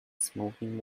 smoking